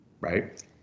right